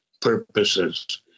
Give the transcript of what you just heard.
purposes